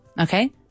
Okay